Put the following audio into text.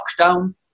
lockdown